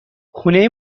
خونه